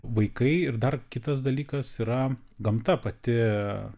vaikai ir dar kitas dalykas yra gamta pati